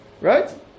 Right